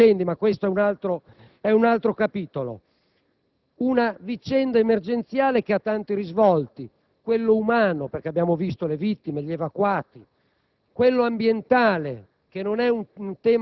quelli che, magari per mantenersi il lavoro, appiccano gli incendi, ma questo è un altro capitolo. Questa è una vicenda emergenziale che ha tanti risvolti: quello umano, perché abbiamo visto le vittime e gli evacuati;